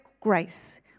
grace